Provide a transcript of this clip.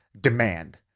demand